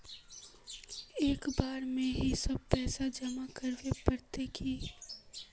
एक बार में ही सब पैसा जमा करले पड़ते की?